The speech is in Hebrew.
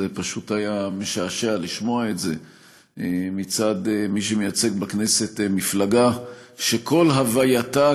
זה פשוט היה משעשע לשמוע את זה מצד מי שמייצג בכנסת מפלגה שכל הווייתה,